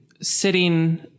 sitting